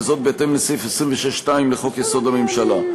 וזאת בהתאם לסעיף 26(2) לחוק-יסוד: הממשלה.